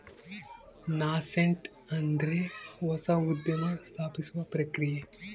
nascent ಅಂದ್ರೆ ಹೊಸ ಉದ್ಯಮ ಸ್ಥಾಪಿಸುವ ಪ್ರಕ್ರಿಯೆ